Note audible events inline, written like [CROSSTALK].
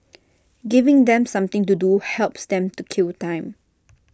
[NOISE] giving them something to do helps them to kill time